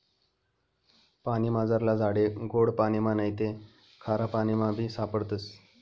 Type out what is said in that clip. पानीमझारला झाडे गोड पाणिमा नैते खारापाणीमाबी सापडतस